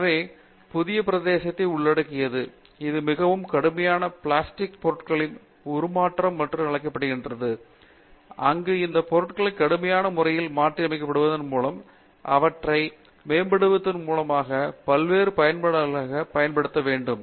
எனவே புதிய பிரதேசத்தை உள்ளடக்கியது இது மிகவும் கடுமையான பிளாஸ்டிக் பொருட்களின் உருமாற்றம் என்று அழைக்கப்படுகின்றது அங்கு இந்த பொருட்களுக்கு கடுமையான முறையில் மாற்றியமைக்கப்படுவதன் மூலமும் அவற்றை மேம்படுத்துவதன் மூலமாக பல்வேறு பயன்பாடுகளுக்காகவும் பயன்படுத்த வேண்டும்